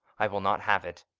i will not have it!